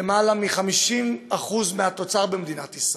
למעלה מ-50% מהתוצר במדינת ישראל.